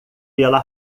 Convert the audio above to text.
pela